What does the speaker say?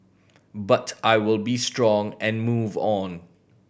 but I will be strong and move on